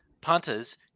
punters